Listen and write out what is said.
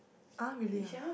ah really ah